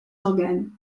organes